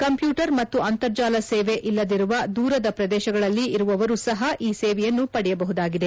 computer ಮತ್ತು ಅಂತರ್ಜಾಲ ಸೇವೆ ಇಲ್ಲದಿರುವ ದೂರದ ಪ್ರದೇಶಗಳಲ್ಲಿ ಇರುವವರೂ ಸಹ ಈ ಸೇವೆಯನ್ನು ಪಡೆಯಬಹುದಾಗಿದೆ